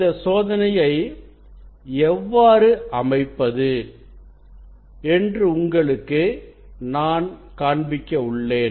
இந்த சோதனையை எவ்வாறு அமைப்பது என்று உங்களுக்கு நான் காண்பிக்கவுள்ளேன்